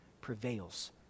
prevails